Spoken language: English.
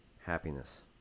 happiness